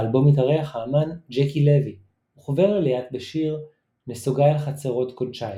באלבום מתארח האמן ג'קי לוי וחובר לליאת בשיר "נסוגה אל חצרות קודשיך"